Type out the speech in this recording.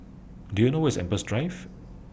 Do YOU know Where IS Empress Drive